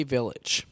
Village